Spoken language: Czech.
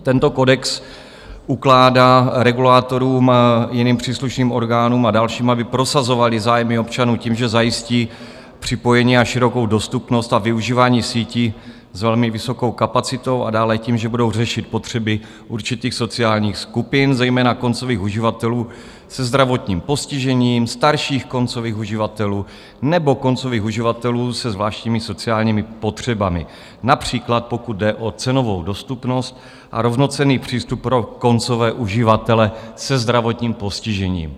Tento kodex ukládá regulátorům, jiným příslušným orgánům a dalším, aby prosazovaly zájmy občanů tím, že zajistí připojení a širokou dostupnost a využívání sítí s velmi vysokou kapacitou, a dále tím, že budou řešit potřeby určitých sociálních skupin, zejména koncových uživatelů se zdravotním postižením, starších koncových uživatelů nebo koncových uživatelů se zvláštními sociálními potřebami, například pokud jde o cenovou dostupnost a rovnocenný přístup pro koncové uživatele se zdravotním postižením.